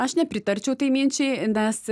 aš nepritarčiau tai minčiai nes